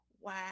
Wow